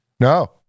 No